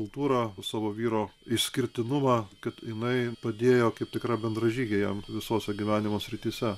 kultūrą savo vyro išskirtinumą kad jinai padėjo kaip tikra bendražygė jam visose gyvenimo srityse